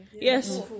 Yes